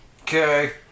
Okay